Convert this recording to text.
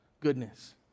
goodness